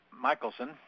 Michelson